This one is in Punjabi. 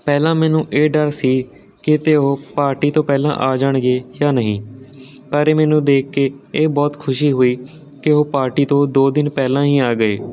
ਪਹਿਲਾਂ ਮੈਨੂੰ ਇਹ ਡਰ ਸੀ ਕਿਤੇ ਉਹ ਪਾਰਟੀ ਤੋਂ ਪਹਿਲਾਂ ਆ ਜਾਣਗੇ ਜਾਂ ਨਹੀਂ ਪਰ ਇਹ ਮੈਨੂੰ ਦੇਖ ਕੇ ਇਹ ਬਹੁਤ ਖੁਸ਼ੀ ਹੋਈ ਕਿ ਉਹ ਪਾਰਟੀ ਤੋਂ ਦੋ ਦਿਨ ਪਹਿਲਾਂ ਹੀ ਆ ਗਏ